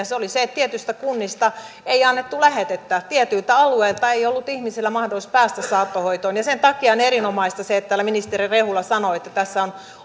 ongelmia se oli se että tietyistä kunnista ei annettu lähetettä tietyiltä alueilta ei ollut ihmisillä mahdollisuutta päästä saattohoitoon sen takia on erinomaista se että täällä ministeri rehula sanoi että tästä